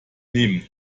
nehmen